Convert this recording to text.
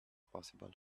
possible